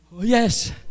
yes